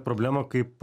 problemą kaip